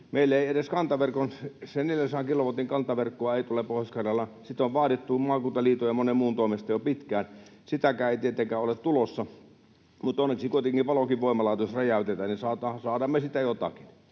ei edes sitä 400 kilowatin kantaverkkoa tule meille Pohjois-Karjalaan — sitä on vaadittu maakuntaliiton ja monen muun toimesta jo pitkään, mutta sitäkään ei tietenkään ole tulossa — niin onneksi kuitenkin Palokin voimalaitos räjäytetään, niin että saadaanhan me sitten jotakin.